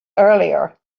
earlier